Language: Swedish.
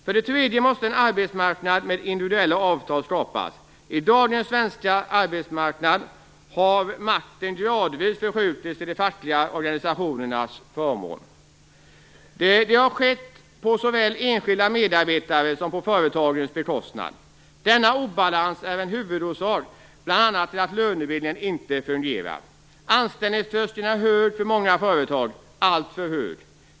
För det tredje måste en arbetsmarknad med individuella avtal skapas. På dagens svenska arbetsmarknad har makten gradvis förskjutits till de fackliga organisationernas förmån. Det har skett på såväl enskilda medarbetares som på företagens bekostnad. Denna obalans är en huvudorsak till att lönebildningen inte fungerar. Anställningströskeln är hög för många företag, alltför hög.